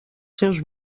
seus